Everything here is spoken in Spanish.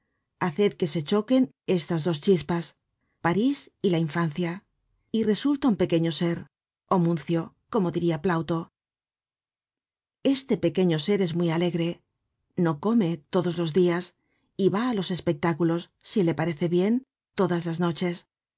haced que se choquen estas dos chispas parís y la infancia y resulta un pequeño ser homuncio como diria plauto este pequeño ser es muy alegre no come todos los dias y va á los espectáculos si le parece bien todas las noches